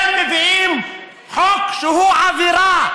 אתם מביאים חוק שהוא עבירה.